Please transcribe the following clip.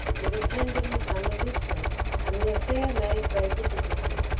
was attended with some resistance, and the affair made great difficulty.